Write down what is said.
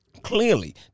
Clearly